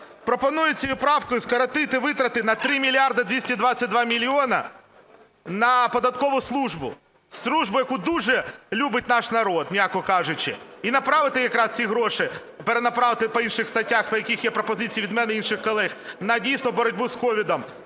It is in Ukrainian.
Пропоную цією правкою скоротити витрати на 3 мільярди 222 мільйони на податкову службу – службу, яку дуже любить наш народ, м'яко кажучи, і направити якраз ці гроші, перенаправити по інших статтях, по яких є пропозиції від мене і інших колег, на дійсно боротьбу з COVID.